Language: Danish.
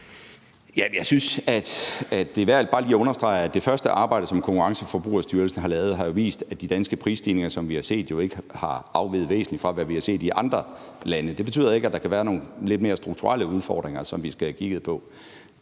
jeg synes, at det er værd bare lige at understrege, at det første arbejde, som Konkurrence- og Forbrugerstyrelsen har lavet, har vist, at de danske prisstigninger, som vi har set, jo ikke har afveget væsentligt fra, hvad vi har set i andre lande. Det betyder ikke, at der kan være nogle lidt mere strukturelle udfordringer, som vi skal have kigget på.